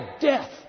death